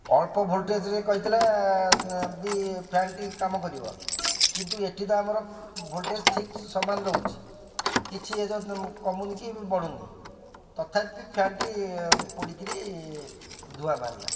ଅଳ୍ପ ଭୋଲଟେଜରେ କହିଥିଲା ବି ଫ୍ୟାନଟି କାମ କରିବ କିନ୍ତୁ ଏଠି ତ ଆମର ଭୋଲ୍ଟେଜ୍ ଠିକ ସମାନ ରହୁଛି କିଛି କମୁନି କି ବଢ଼ୁନି ତଥାପି ଫ୍ୟାନ୍ଟି ପୋଡ଼ିକରି ଧୂଆଁ ବାହାରିଲା